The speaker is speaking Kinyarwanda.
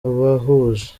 abahuje